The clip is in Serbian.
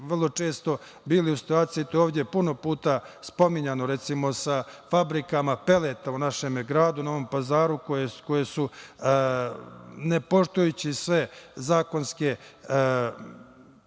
vrlo često bili u situaciji, to je ovde puno puta spominjano, recimo sa fabrikama peleta u našem gradu u Novom Pazaru, koje su ne poštujući sve zakonske